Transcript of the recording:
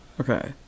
Okay